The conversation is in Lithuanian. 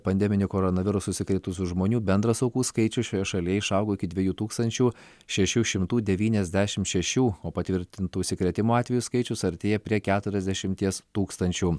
pandeminiu koronavirusu užsikrėtusių žmonių bendras aukų skaičius šioje šalyje išaugo iki dviejų tūkstančių šešių šimtų devyniasdešimt šešių o patvirtintų užsikrėtimo atvejų skaičius artėja prie keturiasdešimties tūkstančių